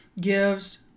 gives